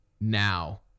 now